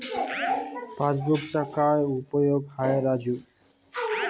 पासबुकचा काय उपयोग आहे राजू?